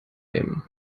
nehmen